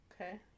Okay